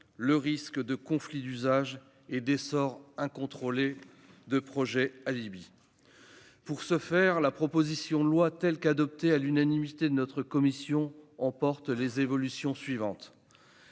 le risque de conflits d'usages et l'essor incontrôlé de projets alibis. Pour ce faire, la proposition de loi, telle qu'adoptée à l'unanimité par notre commission, emporte plusieurs évolutions.